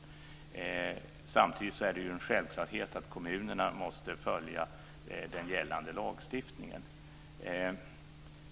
Samtidigt är det en självklarhet att kommunerna måste följa den gällande lagstiftningen.